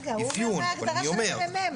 רגע, הוא אומר מה ההגדרה של הממ"מ.